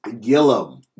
Gilliam